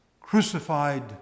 Crucified